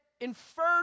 inferred